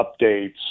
updates